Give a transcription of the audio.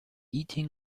eating